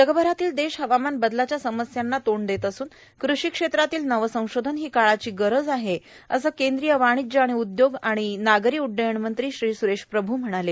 जगभरातील देश हवामान बदलाच्या समस्येला र्तांड देत असून कृषी क्षेत्रातील नवसंशोधन हो काळाची गरज आहे असं केन्द्रीय वर्गाणज्य आर्गाण उद्योग आर्गाण नागरो उड्डाण मंत्री सुरेश प्रभू म्हणाले